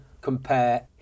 compare